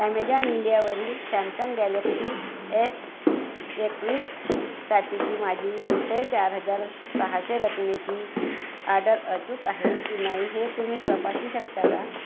Amazon इंडियावरील Samsung Galaxy S एकवीससाठीची माझी रुपये चार हजार सहाशे रकमेची आर्डर अचूक आहे की नाही हे तुम्ही तपासू शकता का